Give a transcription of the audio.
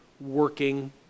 working